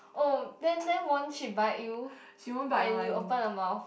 oh then then won't she bite you when you open her mouth